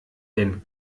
denn